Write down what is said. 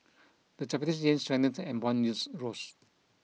the Japanese yen strengthened and bond yields rose